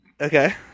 Okay